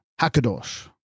Hakadosh